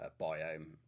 biome